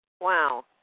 Wow